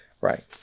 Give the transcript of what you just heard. right